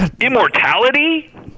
Immortality